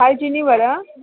कालचिनीबाट